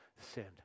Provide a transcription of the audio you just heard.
sinned